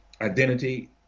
identity